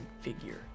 figure